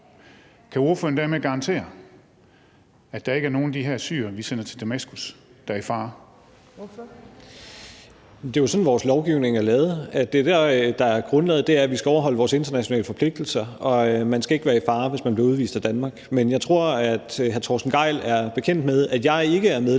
Tredje næstformand (Trine Torp): Ordføreren. Kl. 15:24 Rasmus Stoklund (S): Det er jo sådan, vores lovgivning er lavet. Det, der er grundlaget, er, at vi skal overholde vores internationale forpligtelser, og man skal ikke være i fare, hvis man bliver udvist af Danmark. Men jeg tror, at hr. Torsten Gejl er bekendt med, at jeg ikke er medlem